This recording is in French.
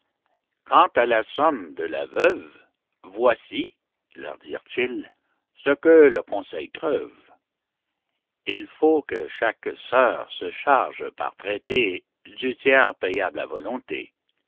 quant à la somme de la veuve voici leur dirent-ils ce que le conseil treuve il faut que chaque sœur se charge par traité du tiers payable à volonté